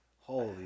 Holy